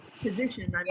position